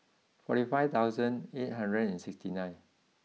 fourty five thousand eight hundred sixty nine